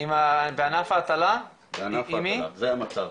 בענף ההטלה, זה המצב.